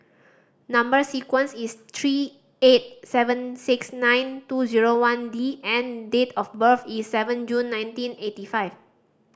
number sequence is three eight seven six nine two zero one D and date of birth is seven June nineteen eighty five